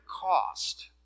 cost